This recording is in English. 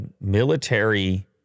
military